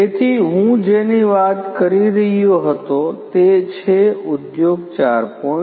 તેથી હું જેની વાત કરી રહ્યો હતો તે છે ઉદ્યોગ 4